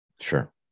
Sure